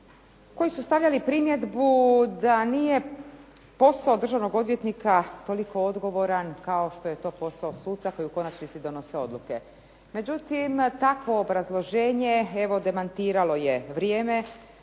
koji su stavljali primjedbu da nije posao državnog odvjetnika toliko odgovoran kao što je to posao suca koji u konačnici donose odluke. Međutim, takvo obrazloženje evo demantiralo je vrijeme,